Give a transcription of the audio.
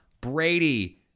Brady